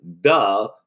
Duh